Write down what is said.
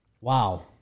wow